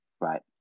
Right